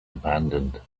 abandoned